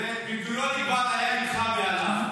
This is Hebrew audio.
תראה --- היה איתך והלך.